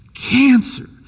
Cancer